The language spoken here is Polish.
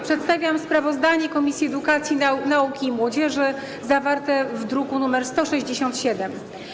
Przedstawiam sprawozdanie Komisji Edukacji, Nauki i Młodzieży zawarte w druku nr 167.